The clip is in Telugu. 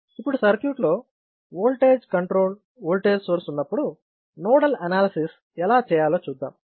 ఇప్పుడు సర్క్యూట్లో ఓల్టేజ్ కంట్రోల్డ్ ఓల్టేజ్ సోర్స్ ఉన్నప్పుడు నోడల్ అనాలసిస్ ఎలా చేయాలో చూద్దాం